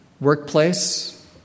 workplace